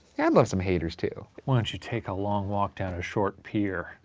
and love some haters too. why don't you take a long walk down a short pier?